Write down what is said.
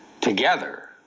together